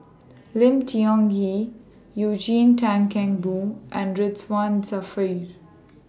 Lim Tiong Ghee Eugene Tan Kheng Boon and Ridzwan Dzafir